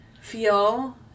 feel